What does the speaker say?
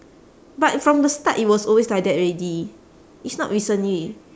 but from the start it was always like that already it's not recently